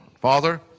Father